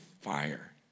fire